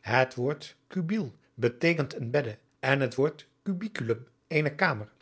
adriaan loosjes pzn het leven van johannes wouter blommesteyn het woord cubile beteekent een bedde en het woord cubiculum eene kamer